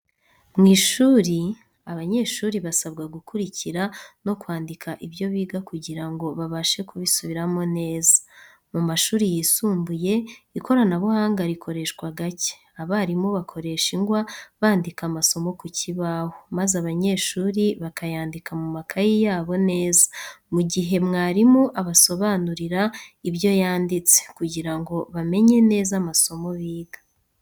Mu ishuri, abanyeshuri basabwa gukurikira no kwandika ibyo biga kugira ngo babashe kubisubiramo neza. Mu mashuri yisumbuye, ikoranabuhanga rikoreshwa gake, abarimu bakoresha ingwa bandika amasomo ku kibaho, maze abanyeshuri bakayandika mu makayi yabo neza, mu gihe mwarimu abasobanurira ibyo yanditse, kugira ngo bamenye neza amasomo biga.